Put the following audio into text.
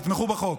תתמכו בחוק.